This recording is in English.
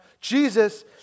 Jesus